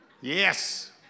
Yes